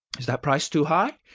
is that price too high?